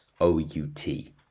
O-U-T